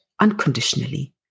unconditionally